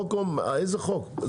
איזה חוק?